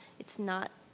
it's not,